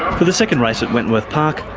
for the second race at wentworth park,